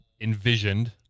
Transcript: envisioned